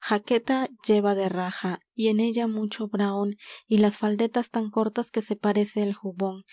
jaqueta lleva de raja y en ella mucho brahón y las faldetas tan cortas que se parece el jubón